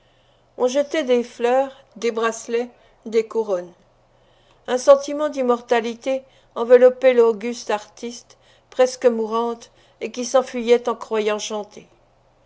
on jetait des fleurs des bracelets des couronnes un sentiment d'immortalité enveloppait l'auguste artiste presque mourante et qui s'enfuyait en croyant chanter